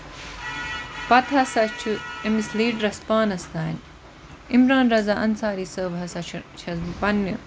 پَتہٕ ہسا چھُ أمِس لیٖڈرَس پانَس تام عمران رضا اَنساری صاب ہسا چھُ چھَس بہٕ پَنٕنہِ